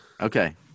Okay